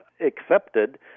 accepted